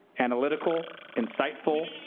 analytical, insightful,